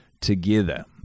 together